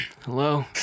Hello